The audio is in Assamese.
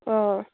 অঁ